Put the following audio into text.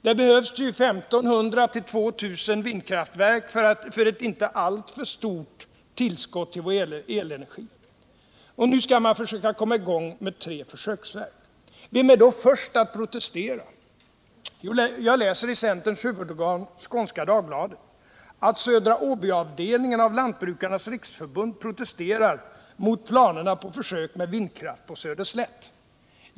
Det behövs ju 1 000 till 2 000 vindkraftverk för ett inte alltför stort tillskott till vår elenergi. Nu skall man försöka komma i gång med tre försöksverk. Vem är då först att protestera? Jo, jag läser i centerns huvudorgan Skånska Dagbladet att Södra Åby-avdelningen av Lantbrukarnas riksförbund protesterar mot planerna på försök med vindkraft på Söderslätt.